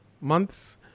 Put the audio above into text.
months